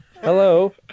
Hello